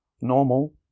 Normal